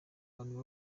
abantu